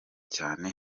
cyane